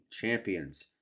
champions